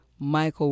Michael